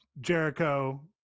Jericho